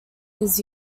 his